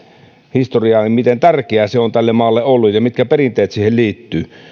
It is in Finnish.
historiaa miten tärkeä se on tälle maalle ollut ja mitkä perinteet siihen liittyvät